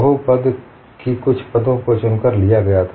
बहुपद के कुछ पदों को चुनकर लिया गया था